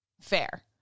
fair